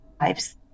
lives